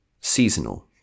seasonal